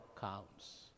counts